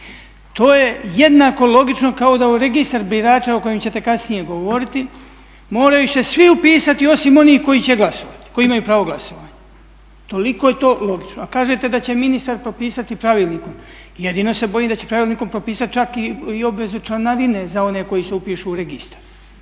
To je jednako logično kao da u registar birača o kojem ćete kasnije govoriti moraju se svi upisati osim onih koji imaju pravo glasovanja. Toliko je to logično. A kažete da će ministar propisati pravilnikom, jedino se bojim da će pravilnikom propisati čak i obvezu članarine za one koji se upišu u registar.